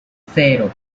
cero